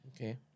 Okay